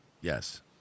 Yes